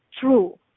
true